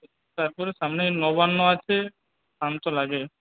তারপরে সামনে নবান্ন আছে ধান তো লাগে